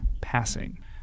passing